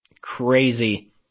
crazy